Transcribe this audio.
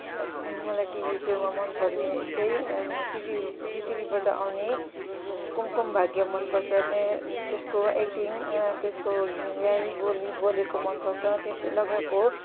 मलाई मलाई टिभी सोमा मन पर्ने चाहिँ जी टिभीबाट आउँने कुमकुम भाग्य मन पर्छ त्यसको एक्टिङ त्यसको हिँडाइ बोली बोलेको मन पर्छ त्यसले लगाएको